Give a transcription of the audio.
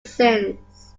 since